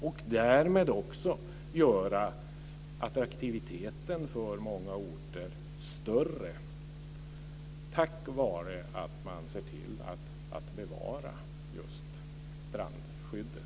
Man gör också attraktiviteten för många orter större tack vare att man ser till att bevara just strandskyddet.